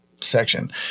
Section